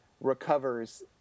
recovers